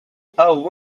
hao